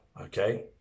Okay